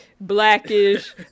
blackish